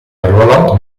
arruolò